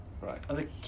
right